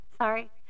sorry